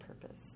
purpose